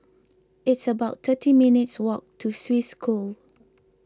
it's about thirty minutes' walk to Swiss School